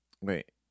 Wait